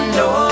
no